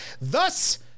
Thus